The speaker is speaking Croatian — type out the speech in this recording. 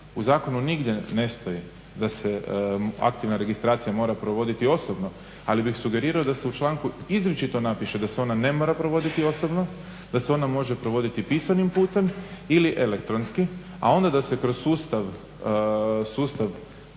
u zakonu nigdje ne stoji da se aktivna registracija mora provoditi osobno, ali bih sugerirao da se u članku izričito napiše da se ona ne mora provoditi osobno da se ona može provoditi pisanim putem ili elektronski a onda da se kroz sustav